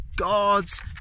God's